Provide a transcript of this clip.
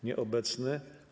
Nieobecny.